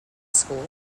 school